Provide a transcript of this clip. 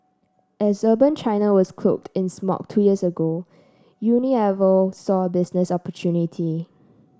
as urban China was cloaked in smog two years ago Unilever saw a business opportunity